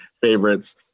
favorites